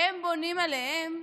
הם בונים עליהם,